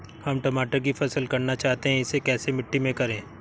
हम टमाटर की फसल करना चाहते हैं इसे कैसी मिट्टी में करें?